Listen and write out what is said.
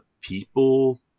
people